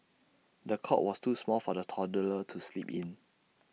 the cot was too small for the toddler to sleep in